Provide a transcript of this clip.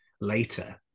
later